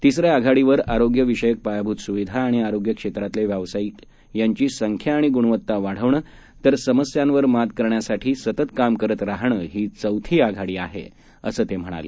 तिसऱ्या आघाडीवर आरोग्य विषयक पायाभूत सुविधा आणि आरोग्य क्षेत्रातले व्यावसायिक यांची संख्या आणि गुणवत्ता वाढवणं तर समस्यांवर मात करण्यासाठी सतत काम करत राहणं ही चौथी आघाडी आहे असं ते म्हणाले